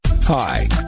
Hi